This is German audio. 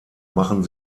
machen